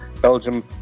Belgium